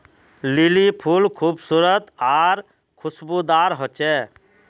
lily फुल खूबसूरत आर खुशबूदार होचे